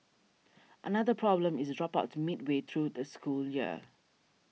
another problem is dropouts midway through the school year